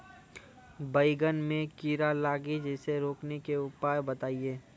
बैंगन मे कीड़ा लागि जैसे रोकने के उपाय बताइए?